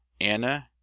Anna